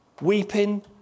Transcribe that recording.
weeping